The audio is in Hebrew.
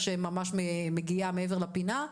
ועדת היגוי ותעסוקת מבוגרים בשירות המדינה,